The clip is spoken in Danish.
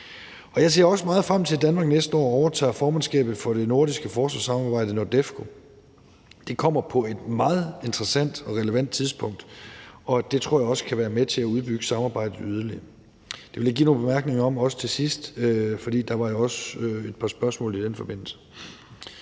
Jeg ser også meget frem til, at Danmark næste år overtager formandskabet for det nordiske forsvarssamarbejde, NORDEFCO. Det kommer på et meget interessant og relevant tidspunkt, og det tror jeg også kan være med til at udbygge samarbejdet yderligere. Det vil jeg også komme med nogle bemærkninger om til sidst, for der var jo også et par spørgsmål i den forbindelse.